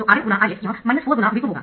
तो Rm×Ix यह 4×V2 होगा